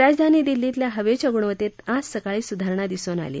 राजधानी दिल्लीतल्या हवेच्या गुणवत्तेत आज सकाळी सुधारणा दिसून आली